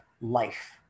life